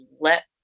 let